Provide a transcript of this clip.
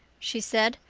she said.